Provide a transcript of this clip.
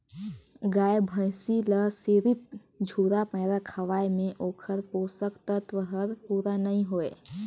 गाय भइसी ल सिरिफ झुरा पैरा खवाये में ओखर पोषक तत्व हर पूरा नई होय